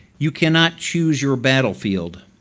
you cannot choose your battlefield.